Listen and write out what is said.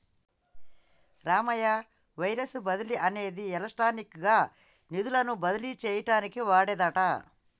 Ramayya wire బదిలీ అనేది electronic గా నిధులను బదిలీ చేయటానికి వాడేదట